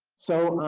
so,